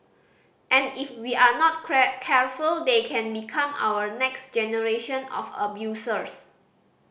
and if we are not careful they can become our next generation of abusers